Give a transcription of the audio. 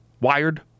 Wired